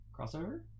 Crossover